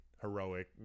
heroic